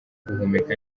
guhumeka